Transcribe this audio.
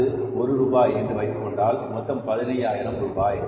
அது ஒரு ரூபாய் என்று வைத்துக்கொண்டால் மொத்தம் 15000 ரூபாய்